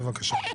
בבקשה.